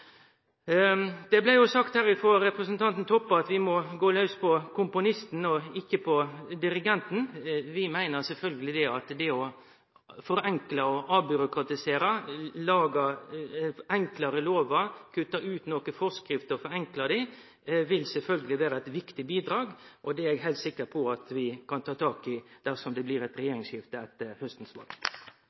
Det blei også sagt her frå representanten Toppe at vi må gå laus på komponisten og ikkje på dirigenten. Vi meiner sjølvsagt at det å gjere det enklare og avbyråkratisere – lage enklare lover, kutte ut nokre forskrifter og gjere dei enklare – vil vere eit viktig bidrag. Det er eg heilt sikker på at vi kan ta tak i dersom det blir eit regjeringsskifte etter haustens val.